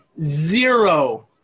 Zero